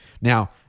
Now